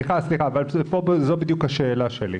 סליחה, זו בדיוק השאלה שלי.